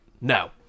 No